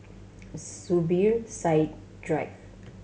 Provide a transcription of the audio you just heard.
Zubir Said Drive